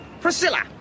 Priscilla